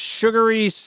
sugary